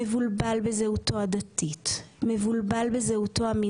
מבולבל בזהותו הדתית,